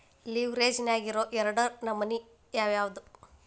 ಲಿವ್ರೆಜ್ ನ್ಯಾಗಿರೊ ಎರಡ್ ನಮನಿ ಯಾವ್ಯಾವ್ದ್?